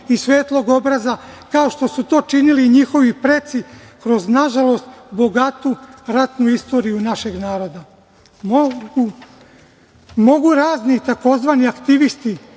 i svetlog obraza kao što su to činili i njihovi preci kroz, nažalost, bogatu ratnu istoriju našeg naroda. Mogu razni tzv. aktivisti